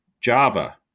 java